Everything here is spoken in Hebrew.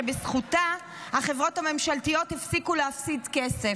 שבזכותה החברות הממשלתיות הפסיקו להפסיד כסף.